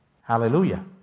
Hallelujah